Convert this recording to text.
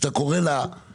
מה שאתה קורא לו תקציב,